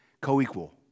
co-equal